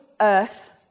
Earth